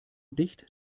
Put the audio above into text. dicht